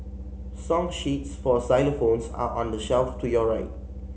song sheets for xylophones are on the shelf to your right